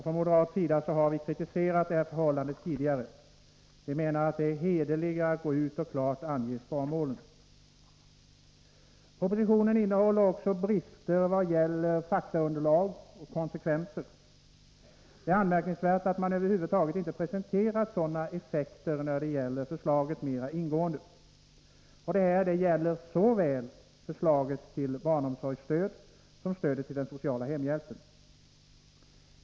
Från moderat sida har vi kritiserat detta förhållande tidigare. Vi menar att det är hederligare att gå ut och klart ange sparmålen. Propositionen innehåller också brister i vad gäller faktaunderlag och konsekvenser. Det är anmärkningsvärt att man över huvud taget inte mer ingående presenterat sådana effekter av förslaget. Detta gäller förslaget i fråga om såväl barnomsorgsstöd som stöd till den sociala hemhjälpen.